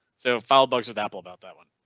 so file bugs with apple about that one.